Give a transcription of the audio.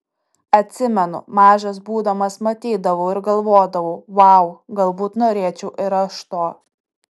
atsimenu mažas būdamas matydavau ir galvodavau vau galbūt norėčiau ir aš to